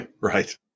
Right